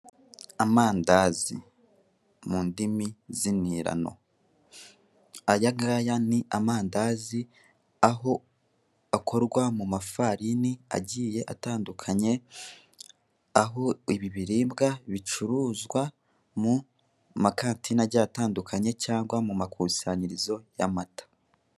Amandazi mu ndimi z'intirano. Aya ngaya ni amandazi aho akorwa mu mafarini agiye atandukanye, aho ibi biribwa bicuruzwa mu makantine agiye atandukanye cyangwa mu makusanyirizo y'amata.